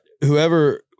whoever